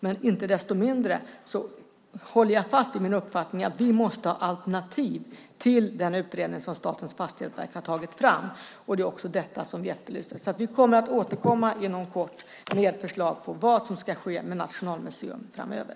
Men inte desto mindre håller jag fast vid min uppfattning att vi måste ha alternativ till den utredning som Statens fastighetsverk har tagit fram, och det är också detta som vi efterlyser. Vi återkommer inom kort med förslag på vad som ska ske med Nationalmuseum framöver.